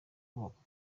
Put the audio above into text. kubakwa